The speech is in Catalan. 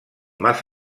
mas